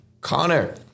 Connor